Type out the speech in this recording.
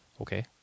Okay